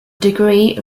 degree